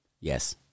Yes